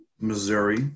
missouri